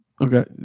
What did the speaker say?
Okay